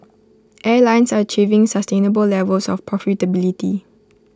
airlines are achieving sustainable levels of profitability